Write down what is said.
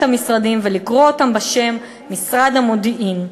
המשרדים ולקרוא אותם בשם: משרד המודיעין.